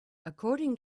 according